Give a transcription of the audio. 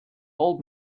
old